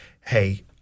hey –